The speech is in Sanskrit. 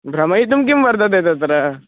भ्रमयितुं किं वर्तते तत्र